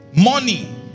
money